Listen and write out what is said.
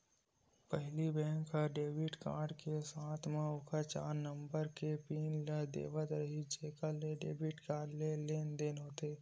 पहिली बेंक ह debit card के साथे म ओखर चार नंबर के पिन ल देवत रिहिस जेखर ले डेबिट कारड ले लेनदेन होथे